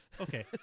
okay